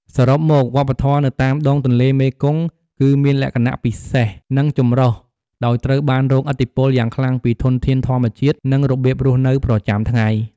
សរុបមក វប្បធម៌នៅតាមដងទន្លេមេគង្គគឺមានលក្ខណៈពិសេស និងចម្រុះ ដោយត្រូវបានរងឥទ្ធិពលយ៉ាងខ្លាំងពីធនធានធម្មជាតិ និងរបៀបរស់នៅប្រចាំថ្ងៃ។